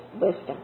wisdom